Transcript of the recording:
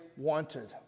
wanted